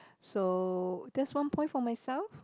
so that's one point for myself